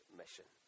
mission